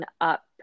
up